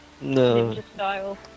No